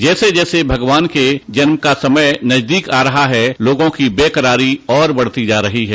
जैसे तैसे भगवान के जन्म का समय नजदीक आ रहा है लोगों की बेकरारी और बढ़ती जा रही है